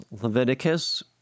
Leviticus